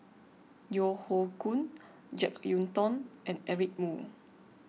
Yeo Hoe Koon Jek Yeun Thong and Eric Moo